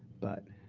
but